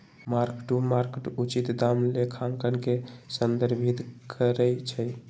mark to market उचित दाम लेखांकन के संदर्भित करइ छै